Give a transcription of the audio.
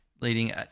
leading